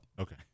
Okay